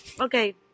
Okay